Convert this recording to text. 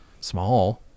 small